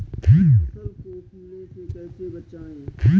फसल को कीड़े से कैसे बचाएँ?